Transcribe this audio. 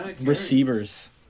receivers